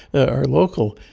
are local,